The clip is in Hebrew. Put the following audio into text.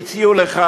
הציעו לך,